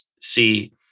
see